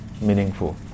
meaningful